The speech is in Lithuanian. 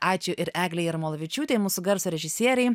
ačiū ir eglei jarmolavičiūtei mūsų garso režisierei